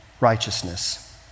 righteousness